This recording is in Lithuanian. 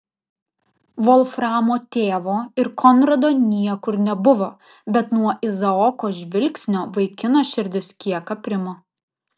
volframo tėvo ir konrado niekur nebuvo bet nuo izaoko žvilgsnio vaikino širdis kiek aprimo